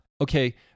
Okay